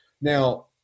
Now